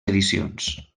edicions